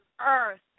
earth